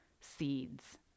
seeds